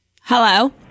Hello